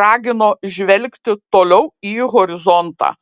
ragino žvelgti toliau į horizontą